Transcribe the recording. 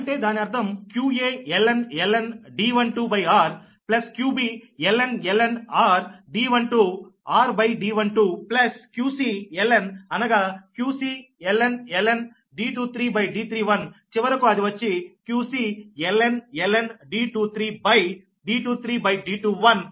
అంటే దాని అర్థం qaln D12r qbln r D12rD12qcln అనగా qcln D23D31చివరకు అది వచ్చి qcln D23 by D23D21